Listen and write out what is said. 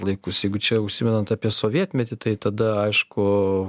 laikus jeigu čia užsimenant apie sovietmetį tai tada aišku